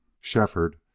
Shefford